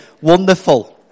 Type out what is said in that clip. Wonderful